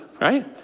right